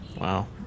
Wow